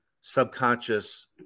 subconscious